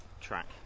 track